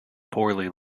poorly